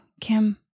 Kim